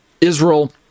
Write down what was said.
israel